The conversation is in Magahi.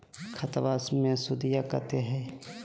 खतबा मे सुदीया कते हय?